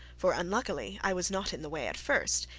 for unluckily, i was not in the way at first,